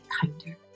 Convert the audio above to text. kinder